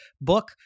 book